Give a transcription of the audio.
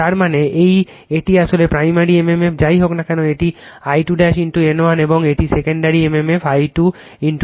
তার মানে এটি আসলে প্রাইমারি mmf যাই হোক না কেন এটি I2 N1 এবং এটি সেকেন্ডারি mmf I2 N2